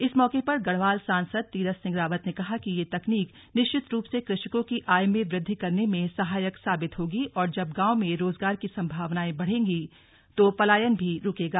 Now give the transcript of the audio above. इस मौके पर गढ़वाल सांसद तीरथ सिंह रावत ने कहा कि यह तकनीकि निश्चित रूप से क्रषकों की आय में वृद्धि करने में सहायक साबित होगी और जब गांव में रोजगार की संभावनाएं बढ़ेंगी तो पलायन भी रुकेगा